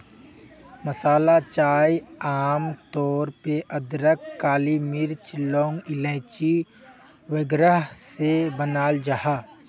मसाला चाय आम तौर पे अदरक, काली मिर्च, लौंग, इलाइची वगैरह से बनाल जाहा